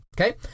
Okay